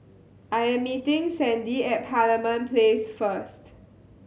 I am meeting Sandie at Parliament Place first